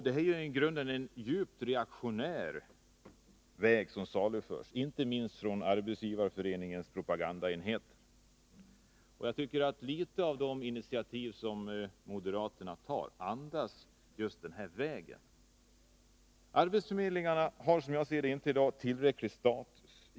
Det är en i grunden djupt reaktionär väg som saluförs, inte minst från Arbetsgivareföreningens propagandaenhet. Några av moderaternas initiativ andas just denna syn. Arbetsförmedlingarna har i dag, som jag ser det, inte tillräcklig status.